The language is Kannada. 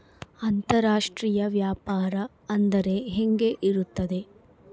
ಅಂತರಾಷ್ಟ್ರೇಯ ವ್ಯಾಪಾರ ಅಂದರೆ ಹೆಂಗೆ ಇರುತ್ತದೆ?